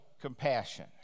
compassion